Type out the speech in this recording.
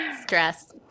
Stress